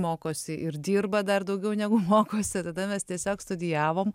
mokosi ir dirba dar daugiau negu mokosi tada mes tiesiog studijavom